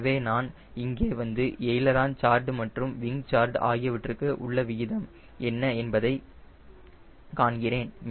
எனவே நான் இங்கே வந்து எய்லரான் கார்டு மற்றும் விங் கார்டு ஆகியவற்றுக்கு உள்ள விகிதம் என்ன என்பதைக் காண்கிறேன்